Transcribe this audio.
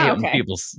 people